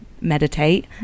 meditate